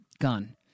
gun